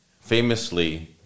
famously